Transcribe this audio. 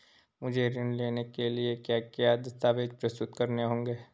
मुझे ऋण लेने के लिए क्या क्या दस्तावेज़ प्रस्तुत करने होंगे?